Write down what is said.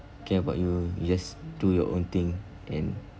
care about you you just do your own thing and